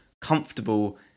comfortable